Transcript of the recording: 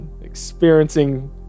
experiencing